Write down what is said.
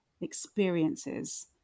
experiences